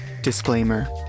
Disclaimer